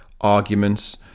arguments